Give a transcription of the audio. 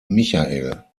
michael